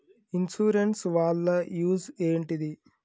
Insurance వాళ్ల use ఏంటిది?